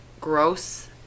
gross